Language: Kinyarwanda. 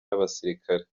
n’abasirikare